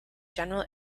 general